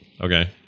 Okay